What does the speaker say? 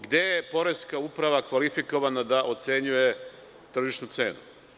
Gde je poreska uprava kvalifikovana da ocenjuje tržišnu cenu?